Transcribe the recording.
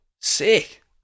sick